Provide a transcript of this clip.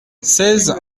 seize